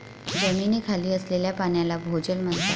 जमिनीखाली असलेल्या पाण्याला भोजल म्हणतात